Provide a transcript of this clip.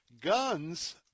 guns